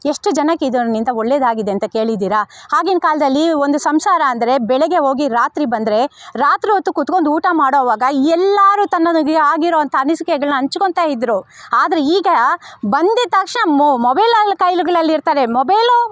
ಎಷ್ಟು ಜನಕ್ಕಿದನ್ನ ಇಂಥ ಒಳ್ಳೇದಾಗಿದೆ ಅಂತ ಕೇಳಿದ್ದೀರಾ ಆಗಿನ ಕಾಲದಲ್ಲಿ ಒಂದು ಸಂಸಾರ ಅಂದರೆ ಬೆಳಗ್ಗೆ ಹೋಗಿ ರಾತ್ರಿ ಬಂದರೆ ರಾತ್ರಿ ಹೊತ್ತು ಕೂತ್ಕೊಂಡು ಊಟ ಮಾಡುವಾಗ ಈ ಎಲ್ಲರೂ ತನ್ನ ಆಗಿರುವಂಥ ಅನಿಸಿಕೆಗಳನ್ನ ಹಂಚ್ಕೊಳ್ತಾ ಇದ್ದರು ಆದರೆ ಈಗ ಬಂದಿದ್ದ ತಕ್ಷಣ ಮೊಬೈಲಲ್ಲಿ ಕೈಗಳಲ್ಲಿ ಇರ್ತಾರೆ ಮೊಬೈಲು